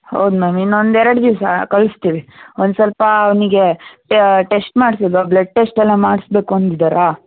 ಹೌದು ಮ್ಯಾಮ್ ಇನ್ನೊಂದು ಎರಡು ದಿವಸ ಕಳ್ಸ್ತಿವಿ ಒಂದು ಸ್ವಲ್ಪ ಅವನಿಗೆ ಟೆಸ್ಟ್ ಮಾಡ್ಸಿದ್ದೋ ಬ್ಲಡ್ ಟೆಸ್ಟ್ ಎಲ್ಲ ಮಾಡ್ಸ್ಬೇಕು ಅಂದಿದಾರ